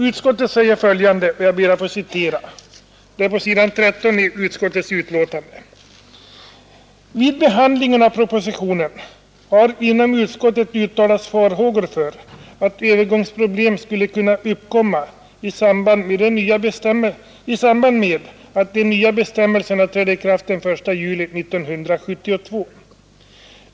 Utskottet skriver på s. 13 i betänkandet: ”Vid behandlingen av propositionen har inom utskottet uttalats farhågor för att övergångsproblem skulle kunna uppkomma i samband med att de nya bestämmelserna träder i kraft den 1 juli 1972.